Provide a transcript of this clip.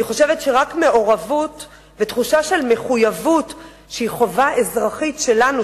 אני חושבת שרק מעורבות ותחושה של מחויבות שהיא חובה אזרחית שלנו,